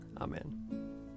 Amen